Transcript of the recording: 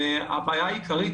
הבעיה העיקרית,